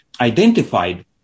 identified